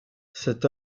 cet